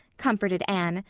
comforted anne,